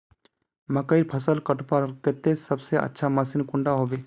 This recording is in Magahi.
मकईर फसल कटवार केते सबसे अच्छा मशीन कुंडा होबे?